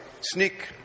sneak